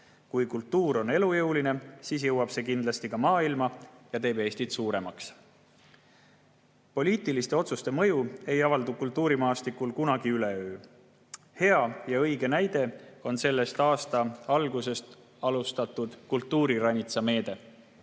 Kui kultuur on elujõuline, siis jõuab see kindlasti ka maailma ja teeb Eestit suuremaks. Poliitiliste otsuste mõju ei avaldu kultuurimaastikul kunagi üleöö. Hea ja õige näide on selle aasta alguses alustatud kultuuriranitsa meede.